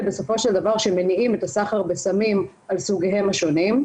בסופו של דבר שמניעים את הסחר בסמים על סוגיהם השונים,